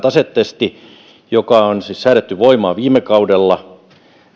tasetesti joka on siis säädetty voimaan viime kaudella